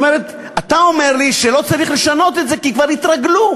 אתה אומר לי שלא צריך לשנות את זה כי כבר התרגלו.